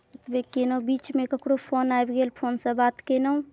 एतबे केलहुँ बीचमे ककरो फोन आबि गेल फोनसँ बात केलहुँ